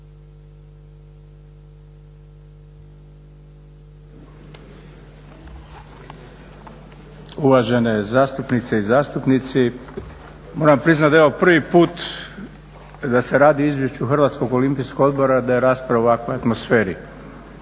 Uvažene zastupnice i zastupnici. Moram priznati da je ovo prvi put da se radi o Izvješću Hrvatskog olimpijskog odbora da je rasprava u ovakvoj atmosferi